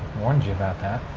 warned you about that.